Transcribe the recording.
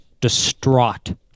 distraught